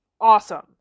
Awesome